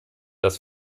dass